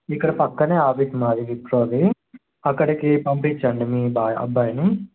ఇక్కడ ప్రక్కనే ఆఫీస్ మాది విప్రోది అక్కడికి పంపించండి మీ బా అబ్బాయిని